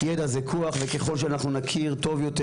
ידע זה כוח וככל שאנחנו נכיר טוב יותר